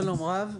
שלום רב.